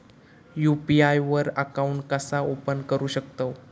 UPI वर account कसा open करू शकतव?